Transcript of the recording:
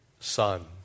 son